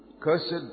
Cursed